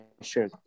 sure